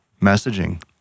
messaging